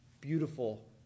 beautiful